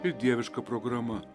ir dieviška programa